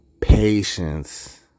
Patience